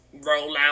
rollout